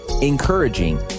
encouraging